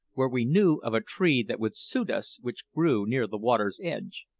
where we knew of a tree that would suit us which grew near the water's edge.